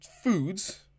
foods